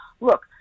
Look